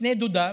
שני דודיו,